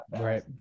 right